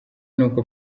nuko